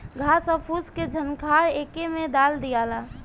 घास आ फूस के झंखार एके में डाल दियाला